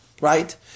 right